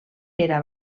era